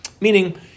meaning